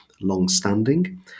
long-standing